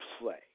play